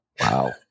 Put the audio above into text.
Wow